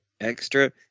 extra